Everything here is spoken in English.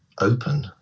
open